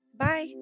Bye